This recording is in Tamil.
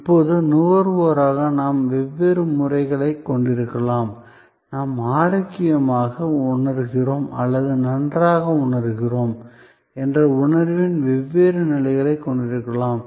இப்போது நுகர்வோராக நாம் வெவ்வேறு முறைகளைக் கொண்டிருக்கலாம் நாம் ஆரோக்கியமாக உணர்கிறோம் அல்லது நன்றாக உணர்கிறோம் என்ற உணர்வின் வெவ்வேறு நிலைகளைக் கொண்டிருக்கலாம்